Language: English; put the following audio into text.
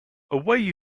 away